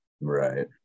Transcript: Right